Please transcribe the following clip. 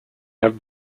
have